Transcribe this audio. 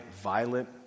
violent